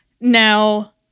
Now